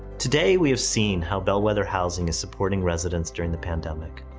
today we have seen how bellwether housing is supporting residents during the pandemic,